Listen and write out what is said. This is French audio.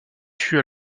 fut